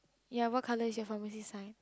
ya what colour is your pharmacy sign